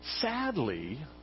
Sadly